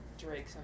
Drake